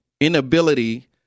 inability